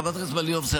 חברת הכנסת מלינובסקי,